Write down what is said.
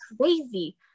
crazy